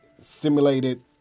simulated